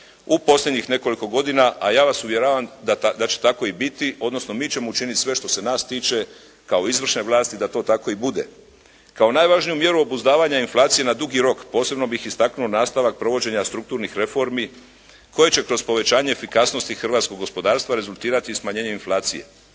u posljednjih nekoliko godina, a ja vas uvjeravam da će tako i biti, odnosno mi ćemo učiniti sve što se nas tiče, kao izvršne vlasti da to tako i bude. Kao najvažniju mjeru obuzdavanja inflacije na dugi rok, posebno bih istaknuo nastavak provođenja strukturnih reformi, koje će kroz povećanje efikasnosti hrvatskog gospodarstva rezultirati smanjenjem inflacije.